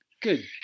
Good